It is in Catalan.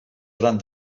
gran